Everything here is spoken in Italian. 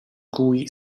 cui